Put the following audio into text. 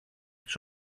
τις